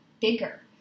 bigger